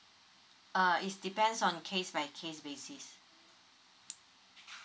uh is depends on case by case basis